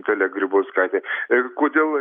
dalia grybauskaitė ir kodėl